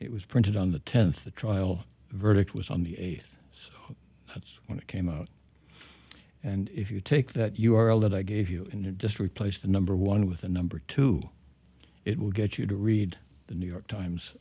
it was printed on the tenth the trial verdict was on the eighth so that's when it came out and if you take that u r l that i gave you in the district place the number one with the number two it will get you to read the new york times